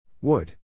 Wood